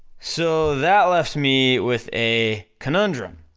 so, that left me with a conundrum,